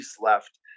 left